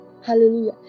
Hallelujah